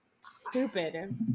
stupid